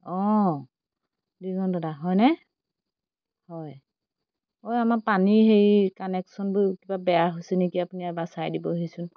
অঁ দিগন্তদা হয়নে হয় ঐ আমাৰ পানীৰ হেৰি কানেকশ্যনবোৰ কিবা বেয়া হৈছে নেকি আপুনি এবাৰ চাই দিবহিচোন